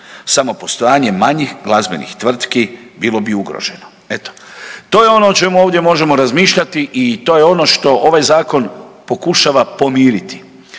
Samo postojanje manjih glazbenih tvrtki bilo bi ugroženo. Eto, to je ono o čemu ovdje možemo razmišljati i to je ono što ovaj zakon pokušava pomiriti.